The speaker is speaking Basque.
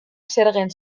zergen